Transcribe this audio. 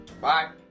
Bye